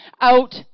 out